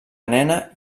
nena